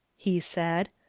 he said.